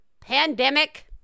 pandemic